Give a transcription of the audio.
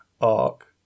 arc